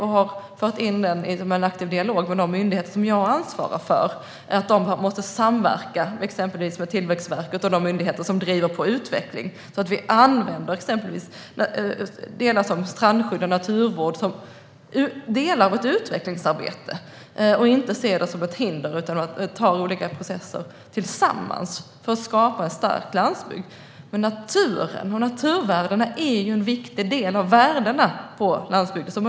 Jag har fört in detta i en aktiv dialog; de myndigheter som jag ansvarar för måste samverka, exempelvis med Tillväxtverket och andra myndigheter som driver på utvecklingen, så att vi använder till exempel strandskydd och naturvård som delar av ett utvecklingsarbete och inte ser dem som hinder utan driver olika processer tillsammans för att skapa en stark landsbygd. Naturen och naturvärdena är en viktig del av landsbygdens värden.